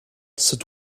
sit